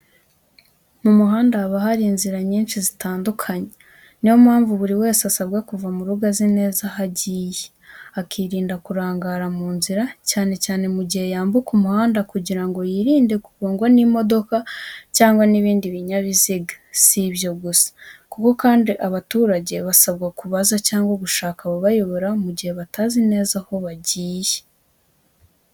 Mu muhanda haba hari inzira nyinshi zitandukanye. Ni yo mpamvu buri wese asabwa kuva mu rugo azi neza aho agiye, akirinda kurangara mu nzira, cyane cyane mu gihe yambuka umuhanda kugira ngo yirinde kugongwa n’imodoka cyangwa ibindi binyabiziga. Si ibyo gusa, kuko kandi abaturage basabwa kubaza cyangwa gushaka ubayobora mu gihe batazi neza aho bagiye.